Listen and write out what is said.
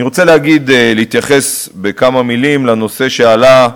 אני רוצה להתייחס בכמה מילים לנושא שעלה,